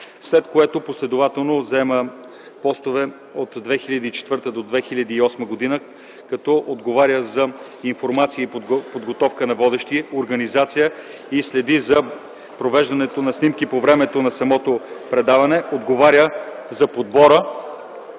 След това последователно от 2004 до 2008 г. заема постове като отговаря за информация и подготовка на водещи, организира и следи за провеждането на снимки по време на самото предаване. Отговаря за подбора